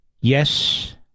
yes